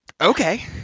Okay